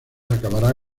acabará